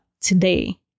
today